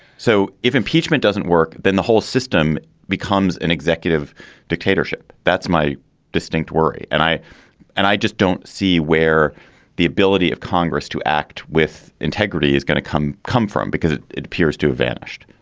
so if impeachment doesn't work, then the whole system becomes an executive dictatorship. that's my distinct worry. and i and i just don't see where the ability of congress to act with integrity is going to come come from because it it appears to have vanished.